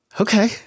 Okay